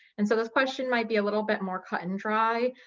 and so this question might be a little bit more cut and dry,